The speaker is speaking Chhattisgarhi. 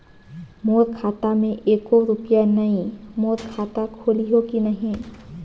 मोर खाता मे एको रुपिया नइ, मोर खाता खोलिहो की नहीं?